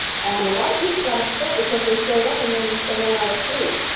and a lot of people got upset, because they showed up and then they ran out of food.